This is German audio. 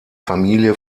familie